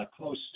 close